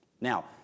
Now